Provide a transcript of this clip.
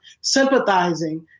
sympathizing